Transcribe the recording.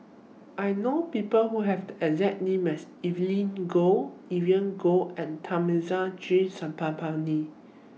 I know People Who Have The exact name as Evelyn Goh Vivien Goh and Thamizhavel G